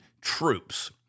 troops